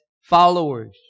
followers